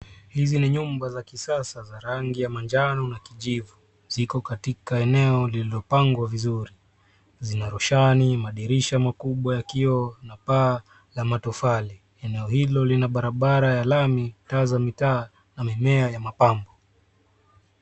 Hizi ni nyumba za kisasa za rangi ya manjano, na kijivu, ziko katika eneo lililopangwa vizuri, zina roshani, madirisha makubwa ya vioo, na paa, la matofali. Eneo hilo lina barabara ya lami, taa za mitaa, na mimea ya mapambo.